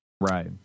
Right